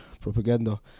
Propaganda